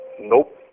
Nope